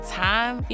time